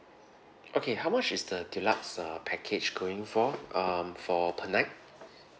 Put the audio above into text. okay how much is the deluxe uh package going for um for per night